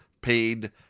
paid